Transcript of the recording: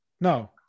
No